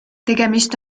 tegemist